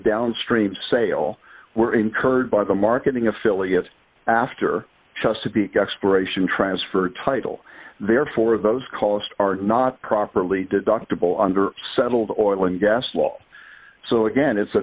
downstream sale were incurred by the marketing affiliate after chesapeake expiration transfer title therefore those costs are not properly deductible under settled oil and gas law so again it's a